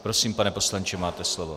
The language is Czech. Prosím, pane poslanče, máte slovo.